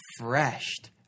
refreshed